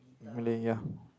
Malay ya